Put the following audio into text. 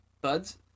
buds